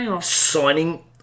signing